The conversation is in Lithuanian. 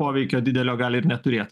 poveikio didelio gali ir neturėt